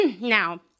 now